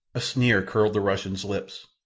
a sneer curled the russian's lips.